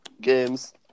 games